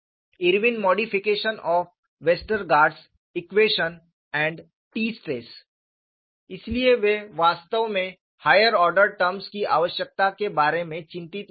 Irwin modification of Westergaard's equation and T stress इसलिए वे वास्तव में हायर ऑर्डर टर्म्स की आवश्यकता के बारे में चिंतित नहीं थे